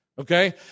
okay